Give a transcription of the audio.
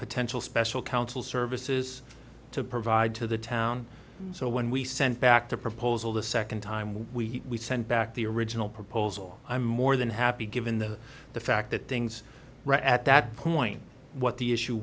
potential special council services to provide to the town so when we sent back to proposal the second time we sent back the original proposal i'm more than happy given the fact that things were at that point what the issue